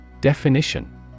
Definition